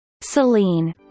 Celine